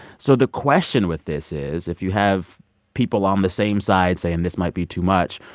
so the question with this is, if you have people on the same side saying this might be too much,